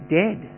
dead